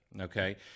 Okay